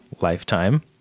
lifetime